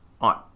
on